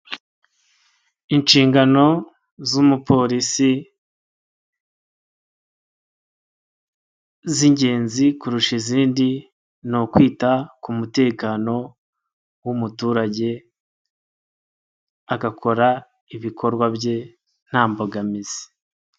Inshingano z'Umupolisi z'ingenzi kurusha izindi; ni ukwita ku mutekano w'umuturage, agakora ibikorwa bye nta mbogamizi.